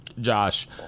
Josh